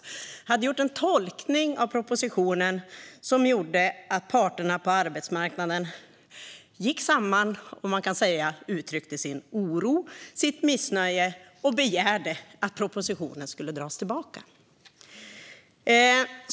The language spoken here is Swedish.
Den hade gjort en tolkning av propositionen som gjorde att parterna på arbetsmarknaden gick samman och uttryckte sin oro och sitt missnöje och begärde att propositionen skulle dras tillbaka.